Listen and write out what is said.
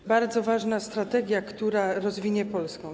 To bardzo ważna strategia, która rozwinie Polskę.